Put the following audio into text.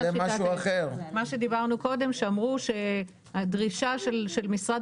מה שדיברנו קודם שאמרו שהדרישה של משרד